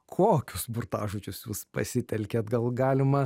kokius burtažodžius jūs pasitelkėt gal galima